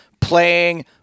playing